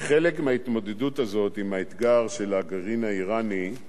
כחלק מההתמודדות הזאת עם האתגר של הגרעין האירני,